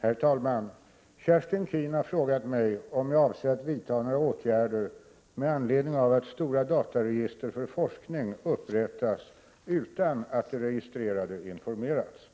Herr talman! Kerstin Keen har frågat mig om jag avser att vidta några åtgärder med anledning av att stora dataregister för forskning upprättas utan att de registrerade informerats.